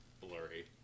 blurry